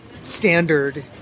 standard